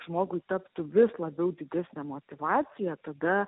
žmogui taptų vis labiau didesnė motyvacija tada